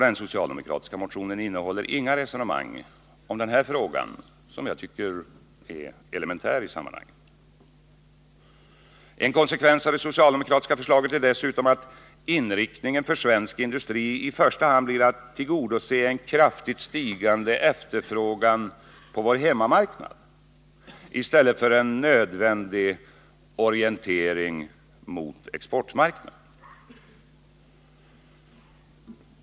Den socialdemokratiska motionen innehåller inga resonemang om den här frågan, som jag tycker är elementär i sammanhanget. En konsekvens av det socialdemokratiska förslaget är dessutom att inriktningen för svensk industri i första hand blir att den skall tillgodose en kraftigt stigande efterfrågan på vår hemmamarknad i stället för en nödvändig orientering mot exportmarknaden.